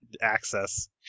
access